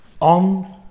on